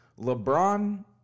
LeBron